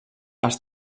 els